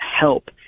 help